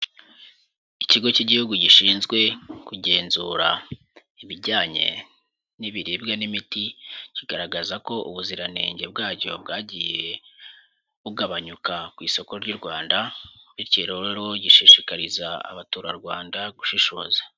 Ikigo cy'igihugu gishinzwe kugenzura ibijyanye n'ibiribwa n'imiti, kigaragaza ko ubuziranenge bwacyo bwagiye bugabanyuka ku isoko ry'u Rwanda, bityo rero gishishikariza Abaturarwanda gushishoza.